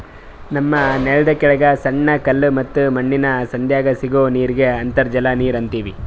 ನಮ್ಮ್ ನೆಲ್ದ ಕೆಳಗ್ ಸಣ್ಣ ಕಲ್ಲ ಮತ್ತ್ ಮಣ್ಣಿನ್ ಸಂಧ್ಯಾಗ್ ಸಿಗೋ ನೀರಿಗ್ ಅಂತರ್ಜಲ ನೀರ್ ಅಂತೀವಿ